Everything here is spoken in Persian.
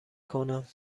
کنم